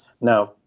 Now